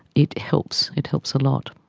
it helps, it helps a lot.